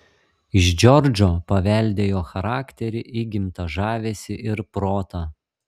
iš džordžo paveldėjo charakterį įgimtą žavesį ir protą